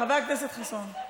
חבר הכנסת חסון,